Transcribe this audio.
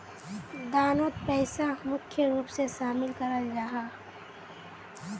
दानोत पैसा मुख्य रूप से शामिल कराल जाहा